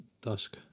dusk